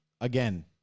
again